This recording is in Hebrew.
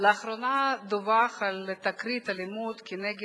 לאחרונה דווח על תקרית אלימות כנגד